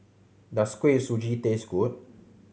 does Kuih Suji taste good